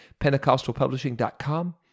PentecostalPublishing.com